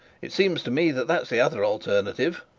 it seems to me that that's the other alternative